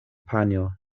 panjo